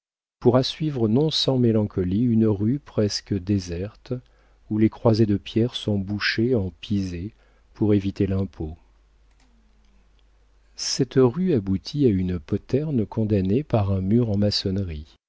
pourra suivre non sans mélancolie une rue presque déserte où les croisées de pierre sont bouchées en pisé pour éviter l'impôt cette rue aboutit à une poterne condamnée par un mur en maçonnerie